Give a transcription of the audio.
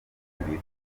bifuza